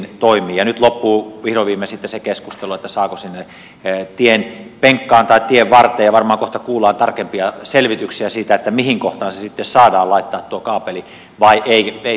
nyt loppuu vihdoin viimein sitten se keskustelu saako sinne tienpenkkaan tai tien varteen varmaan kohta kuullaan tarkempia selvityksiä siitä mihin kohtaan sitten laittaa tuon kaapelin vaiko ei